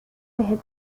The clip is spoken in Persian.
بهت